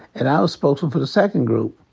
and i was spokesman for the second group.